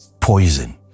poison